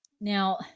Now